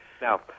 Now